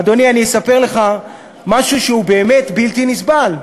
אדוני, אני אספר לך משהו שהוא באמת בלתי נסבל.